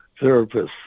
therapists